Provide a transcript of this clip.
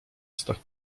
ustach